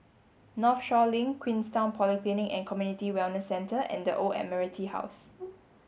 Northshore Link Queenstown Polyclinic and Community Wellness Centre and The Old Admiralty House